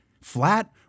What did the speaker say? Flat